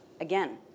Again